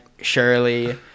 Shirley